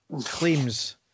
claims